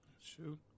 Shoot